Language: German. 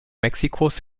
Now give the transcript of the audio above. mexikos